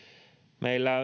meillä